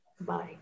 Bye